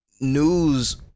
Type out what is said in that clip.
news